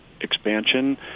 expansion